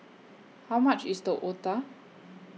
How much IS The Otah